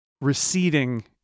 receding